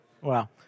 Wow